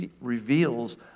reveals